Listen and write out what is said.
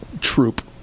Troop